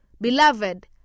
Beloved